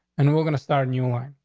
and we're gonna start a new one.